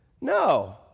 No